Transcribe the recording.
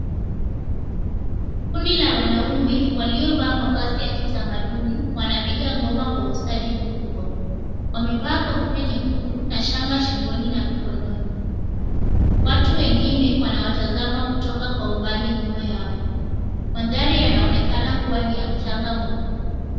Kundi la wanaume, waliovaa mavazi ya kitamaduni, wanapiga ngoma kwa ustadi mkubwa. Wamevaa kofia nyekundu na shanga shingoni na mikononi. Watu wengine wanawatazama kutoka kwa umbali nyuma yao. Mandhari yanaonekana kuwa ni ya mchanga mwekundu.